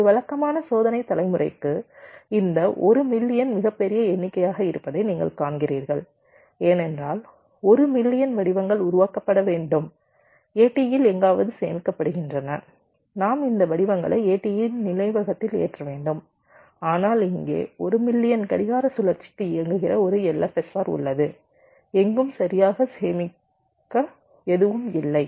ஒரு வழக்கமான சோதனை தலைமுறைக்கு இந்த 1 மில்லியன் மிகப் பெரிய எண்ணிக்கையாக இருப்பதை நீங்கள் காண்கிறீர்கள் ஏனென்றால் 1 மில்லியன் வடிவங்கள் உருவாக்கப்பட வேண்டும் ATE இல் எங்காவது சேமிக்கப்படுகின்றன நாம் இந்த வடிவங்களை ATE நினைவகத்தில் ஏற்ற வேண்டும் ஆனால் இங்கே 1 மில்லியன் கடிகார சுழற்சிக்கு இயங்குகிற ஒரு LFSR உள்ளது எங்கும் சரியாக சேமிக்க எதுவும் இல்லை